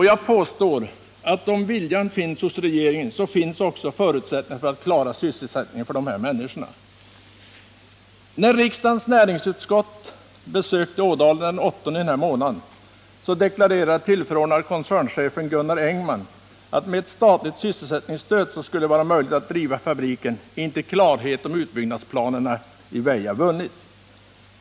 Jag påstår att om viljan finns hos regeringen, så finns också förutsättningarna för att klara sysselsättningen för dessa människor. Närriksdagens näringsutskott besökte Ådalen den åttonde i denna månad, deklarerade tillförordnade koncernchefen Gunnar Engman att med ett statligt sysselsättningsstöd, så skulle det vara möjligt att driva fabriken intill dess klarhet om utbyggnadsplanerna i Väja vunnits.